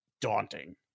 daunting